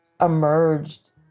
emerged